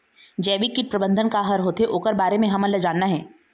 जैविक कीट प्रबंधन का हर होथे ओकर बारे मे हमन ला जानना हे?